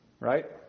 Right